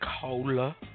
cola